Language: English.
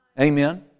Amen